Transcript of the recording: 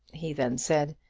he then said,